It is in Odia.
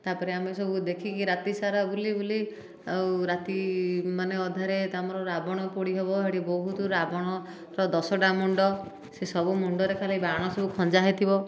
ତାପରେ ଆମେ ସବୁ ଦେଖିକି ରାତିସାରା ବୁଲି ବୁଲି ଆଉ ରାତି ମାନେ ଅଧାରେ ତ ଆମର ରାବଣ ପୋଡ଼ି ହେବ ସେଇଠି ବହୁତ ରାବଣରର ଦଶଟା ମୁଣ୍ଡ ସେ ସବୁ ମୁଣ୍ଡରେ ଖାଲି ବାଣ ସବୁ ଖଞ୍ଜା ହୋଇଥିବ